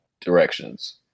directions